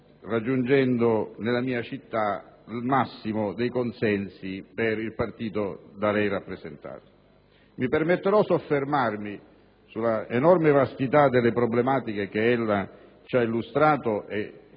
raggiungimento nella mia città del massimo dei consensi per il partito da lei rappresentato. Mi permetterò di soffermarmi, nell'enorme vastità delle problematiche che ella ci ha illustrato e